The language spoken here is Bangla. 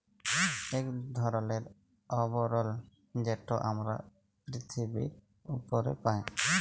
ইক ধরলের আবরল যেট আমরা পিরথিবীর উপরে পায়